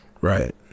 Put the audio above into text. Right